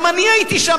גם אני הייתי שם,